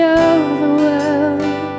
overwhelmed